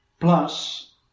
Plus